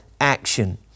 action